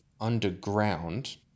underground